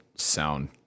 sound